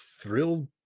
thrilled